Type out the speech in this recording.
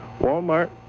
Walmart